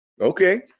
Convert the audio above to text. Okay